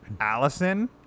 Allison